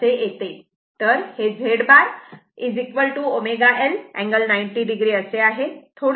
तर हे Z bar ω L angle 90 o असे आहे